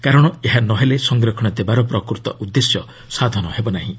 କାରଣ ଏହା ନ ହେଲେ ସଂରକ୍ଷଣ ଦେବାର ପ୍ରକୃତ ଉଦ୍ଦେଶ୍ୟ ସାଧନ ହେବ ନାହିଁ